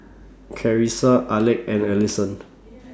Carissa Alek and Allyson